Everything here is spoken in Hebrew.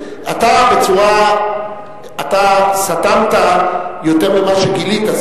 אתה סתמת יותר ממה שגילית.